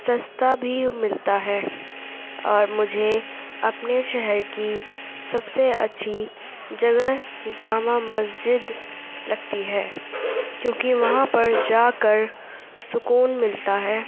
سَستا بھی ملتا ہے اور مجھے اپنے شہر کی سب سے اچھی جگہ جامع مسجد لگتی ہے کیونکہ وہاں پر جا کر سکون ملتا ہے